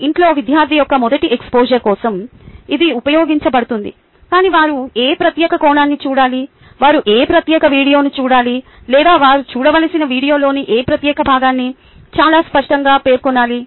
ఇంట్లో విద్యార్థి యొక్క మొదటి ఎక్స్పోజర్ కోసం ఇది ఉపయోగించబడుతుంది కాని వారు ఏ ప్రత్యేక కోణాన్ని చూడాలి వారు ఏ ప్రత్యేక వీడియోను చూడాలి లేదా వారు చూడవలసిన వీడియోలోని ఏ ప్రత్యేక భాగాన్ని చాలా స్పష్టంగా పేర్కొనాలి